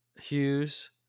Hughes